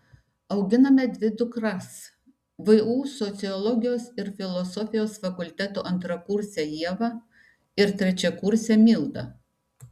auginame dvi dukras vu sociologijos ir filosofijos fakulteto antrakursę ievą ir trečiakursę mildą